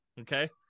okay